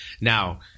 Now –